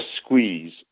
squeeze